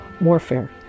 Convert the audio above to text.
warfare